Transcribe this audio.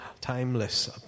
timeless